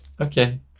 okay